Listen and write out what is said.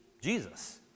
Jesus